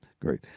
great